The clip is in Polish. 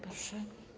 Proszę.